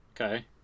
okay